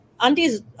aunties